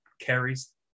carries